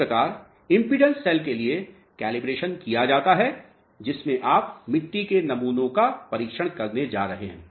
इस प्रकार impedance cell के लिए कैलिब्रेशन किया जाता है जिसमें आप मिट्टी के नमूनों का परीक्षण करने जा रहे हैं